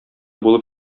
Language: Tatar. булып